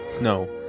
No